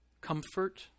comfort